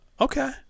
Okay